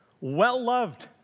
well-loved